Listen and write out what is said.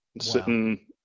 Sitting